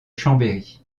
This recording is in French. chambéry